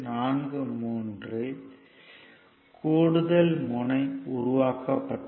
43 இல் கூடுதல் முனை உருவாக்கப்பட்டுள்ளது